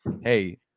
hey